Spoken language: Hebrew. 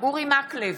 אורי מקלב,